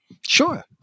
Sure